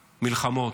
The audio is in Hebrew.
מלחמות,